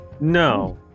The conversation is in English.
No